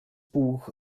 buch